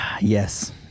yes